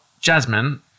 Jasmine